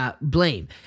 Blame